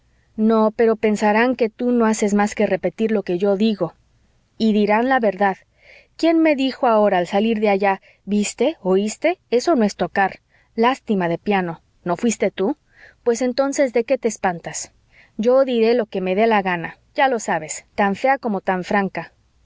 no pero pensarán que tú no haces más que repetir lo que yo digo y dirán la verdad quién me dijo ahora al salir de allá viste oiste eso no es tocar lástima de piano no fuiste tú pues entonces de qué te espantas yo diré lo que me dé la gana ya lo sabes tan fea como tan franca